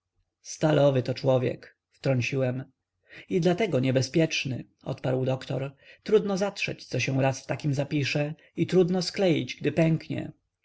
stalowy to człowiek wtrąciłem i dlatego niebezpieczny odparł doktor trudno zatrzeć co się raz w takim zapisze i trudno skleić gdy pęknie